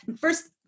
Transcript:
First